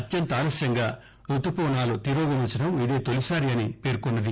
అత్యంత ఆలస్యంగా రుతుపవనాలు తిరోగమించడం ఇదే తొలిసారి అని పేర్కొన్నది